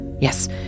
Yes